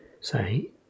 say